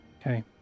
Okay